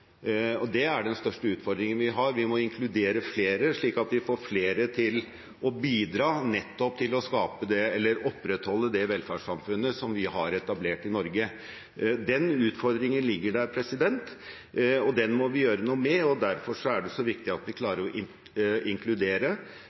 arbeidslivet. Det er den største utfordringen vi har. Vi må inkludere flere, slik at vi får flere til å bidra nettopp til å opprettholde det velferdssamfunnet som vi har etablert i Norge. Den utfordringen ligger der, og den må vi gjøre noe med. Derfor er det så viktig at vi ikke bare klarer å inkludere